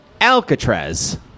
Alcatraz